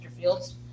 fields